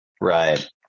Right